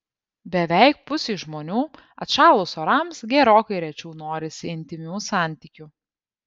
beveik pusei žmonių atšalus orams gerokai rečiau norisi intymių santykių